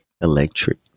Electric